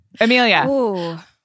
Amelia